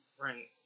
Right